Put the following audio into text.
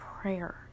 prayer